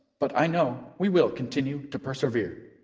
but i know we will continue to persevere.